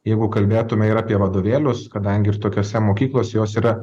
jeigu kalbėtume ir apie vadovėlius kadangi ir tokiose mokyklos jos yra